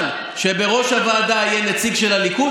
שבראש הוועדה יהיה נציג של הליכוד,